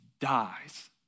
dies